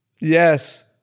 Yes